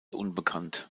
unbekannt